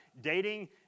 Dating